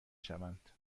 شوند